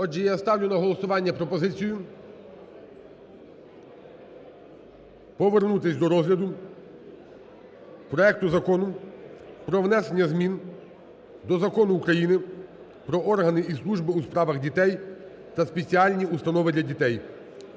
колеги, я ставлю на голосування пропозицію розгляду проекту Закону про внесення змін до Закону України "Про органи і служби у справах дітей та спеціальні установи для дітей"